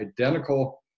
identical